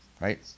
right